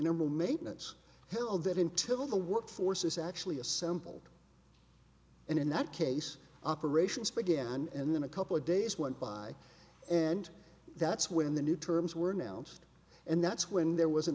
normal maintenance held that in till the work force is actually assembled and in that case operations began and then a couple of days went by and that's when the new terms were announced and that's when there was an